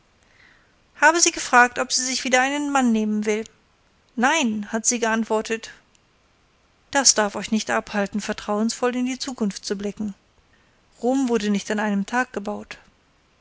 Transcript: habe sie gefragt ob sie sich wieder einen mann nehmen will nein hat sie geantwortet das darf euch nicht abhalten vertrauensvoll in die zukunft zu blicken rom wurde nicht an einem tage gebaut